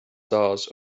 stars